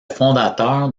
fondateur